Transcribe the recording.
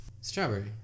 Strawberry